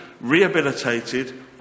rehabilitated